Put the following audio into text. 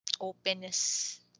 openness